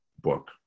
book